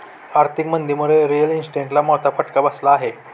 आर्थिक मंदीमुळे रिअल इस्टेटला मोठा फटका बसला आहे